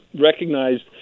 recognized